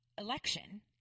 election